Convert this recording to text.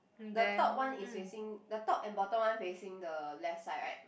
the top one is facing the top and bottom one facing the left side right